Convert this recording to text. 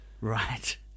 Right